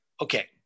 Okay